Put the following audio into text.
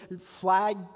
flag